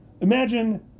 Imagine